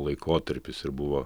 laikotarpis ir buvo